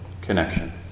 connection